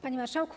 Panie Marszałku!